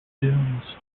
dunes